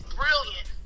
brilliant